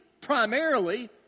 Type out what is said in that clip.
primarily